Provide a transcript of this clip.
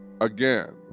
Again